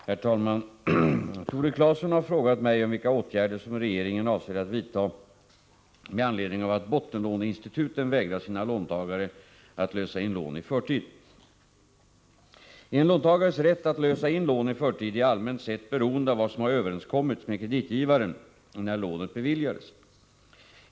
Herr talman! Tore Claeson har frågat mig om vilka åtgärder som regeringen avser att vidta med anledning av att bottenlåneinstituten vägrar sina låntagare att lösa in lån i förtid. En låntagares rätt att lösa in lån i förtid är allmänt sett beroende av vad som har överenskommits med kreditgivaren när lånet beviljades.